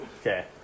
Okay